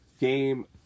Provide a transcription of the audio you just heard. game